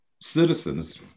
citizens